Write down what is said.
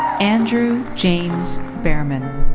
andrew james behrman.